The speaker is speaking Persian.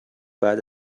بعد